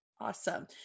Awesome